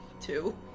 Two